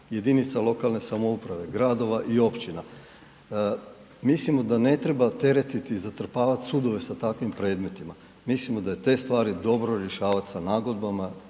jedinica lokalne samouprave, gradova i općina, mislimo da ne treba teretiti i zatrpavati sudove sa takvim predmetima. Mislimo da je te stvari dobro rješavati sa nagodbama,